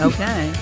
Okay